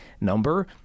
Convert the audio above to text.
number